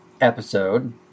episode